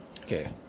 Okay